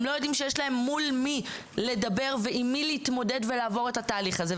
הם לא יודעים שיש להם מול מי לדבר ועם מי להתמודד ולעבור את התהליך הזה.